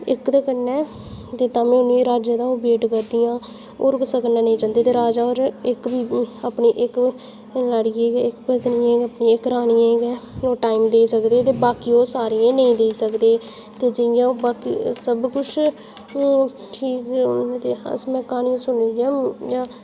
इक ते कन्नै तां बी उ'नें ई राजे दा वेट करदियां होर कुसै कन्नै नेईं जंदियां ते राजा होर इक अपनी इक रानी गी गै अपनी इक रानियै गै ओह् टाइम देई सकदे हे ते बाकियें ई ओह् सारियें नेईं देई सकदे हे जि'यां ओह् बाकी सब कुश ठीक अस में क्हानियां सुनी दियां